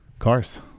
Cars